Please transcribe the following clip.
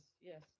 yes